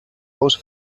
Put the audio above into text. ous